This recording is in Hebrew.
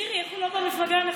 מירי, איך הוא לא במפלגה הנכונה?